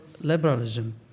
liberalism